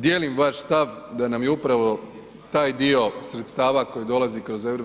Dijelim vaš stav da nam je upravo taj dio sredstava koji dolazi kroz eu